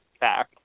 back